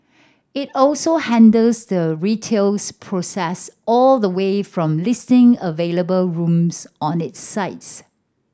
it also handles the retails process all the way from listing available rooms on its sites